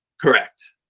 Correct